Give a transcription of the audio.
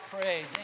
praise